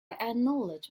acknowledge